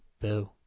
Boo